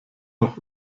auch